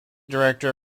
director